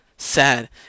Sad